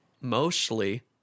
mostly